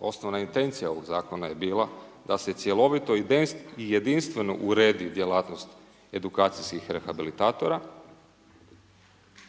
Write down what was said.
osnovna intencija ovog zakona je bila da se cjelovito i jedinstveno uredi djelatnost edukacijskih rehabilitatora